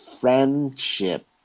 friendship